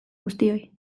guztioi